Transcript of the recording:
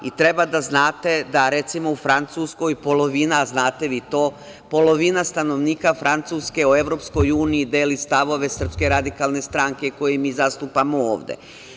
I, treba da znate da, recimo, u Francuskoj polovina, a znate vi to, polovina stanovnika Francuske o EU deli stavove SRS kojei mi zastupamo ovde.